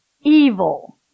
Evil